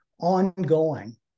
ongoing